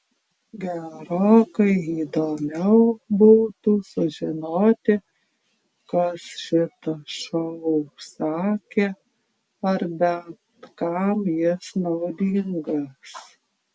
gerokai įdomiau būtų sužinoti kas šitą šou užsakė ar bent kam jis naudingas